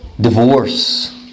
divorce